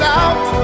out